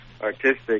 artistic